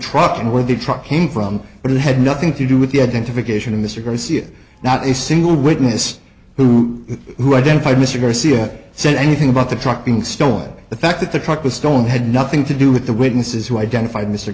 truck in where the truck came from but it had nothing to do with the identification of mr garcia not a single witness who who identified mr garcia said anything about the truck being stolen the fact that the truck was stone had nothing to do with the witnesses who identified mr